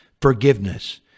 Forgiveness